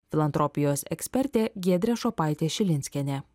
filantropijos ekspertė giedrė šopaitė šilinskienė